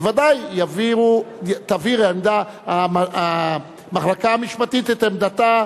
בוודאי תבהיר המחלקה המשפטית את עמדתה